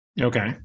Okay